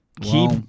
Keep